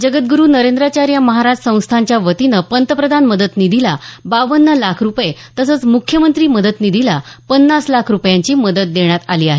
जगदूरू नरेंद्रचार्य महाराज संस्थानाच्या वतीने पंतप्रधान मदत निधीला बावन्न लाख रूपये तसंच मुख्यमंत्री मदत निधीला पन्नास लाख रूपयांची मदत देण्यात आली आहे